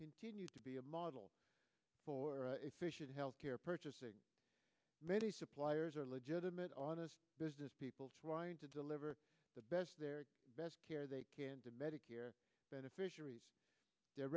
continue to be a model for efficient health care purchasing many suppliers are legitimate on a business people trying to deliver the best their best care they can to medicare beneficiaries their